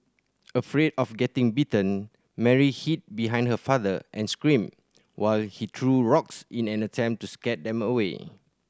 afraid of getting bitten Mary hid behind her father and screamed while he threw rocks in an attempt to scare them away